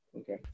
okay